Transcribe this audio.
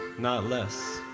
not less.